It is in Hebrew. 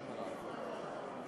ואין לי אלא להצדיע לך על הדברים